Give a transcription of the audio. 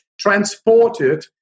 transported